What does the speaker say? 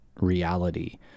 reality